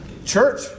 Church